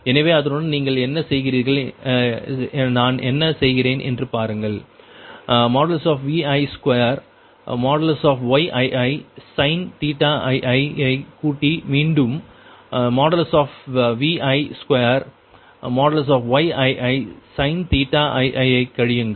எனவே அதனுடன் நீங்கள் என்ன செய்கிறீர்கள் நான் என்ன செய்கிறேன் என்று பாருங்கள் Vi2Yiisin ii ஐ கூட்டி மீண்டும்Vi2Yiisin ii ஐ கழியுங்கள்